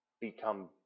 become